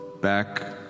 back